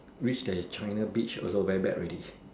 reach the China beach also very bad already